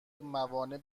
موانع